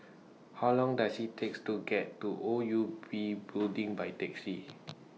How Long Does IT takes to get to O U B Building By Taxi